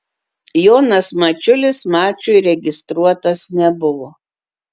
jonas mačiulis mačui registruotas nebuvo